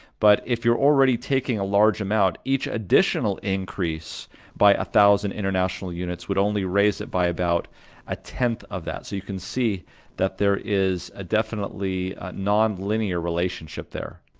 but if you're already taking a large amount, each additional increase by a thousand international units would only raise it by about a tenth of that, so you can see that there is definitely a non-linear relationship there.